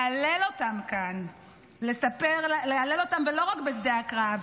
להלל אותם ולא רק בשדה הקרב.